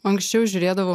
anksčiau žiūrėdavau